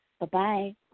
Bye-bye